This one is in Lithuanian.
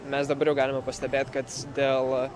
mes dabar jau galime pastebėt kad dėl